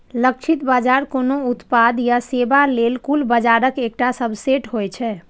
लक्षित बाजार कोनो उत्पाद या सेवा लेल कुल बाजारक एकटा सबसेट होइ छै